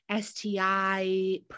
STI